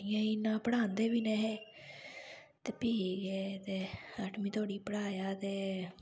कुड़ियें गी इन्ना पढ़ांदे बी नेहे ते फ्ही ते अठमीं धोड़ी पढ़ाया ते